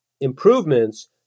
improvements